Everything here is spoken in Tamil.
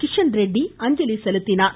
கிஷன் ரெட்டி அஞ்சலி செலுத்தினார்